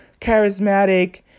charismatic